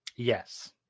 Yes